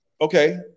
Okay